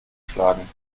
schlagen